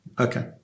Okay